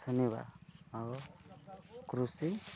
ଶୁଣିବା ଆଉ କୃଷି